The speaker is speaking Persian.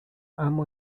اما